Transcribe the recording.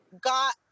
got